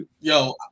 Yo